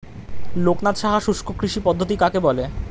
লোকনাথ সাহা শুষ্ককৃষি পদ্ধতি কাকে বলে?